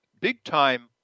big-time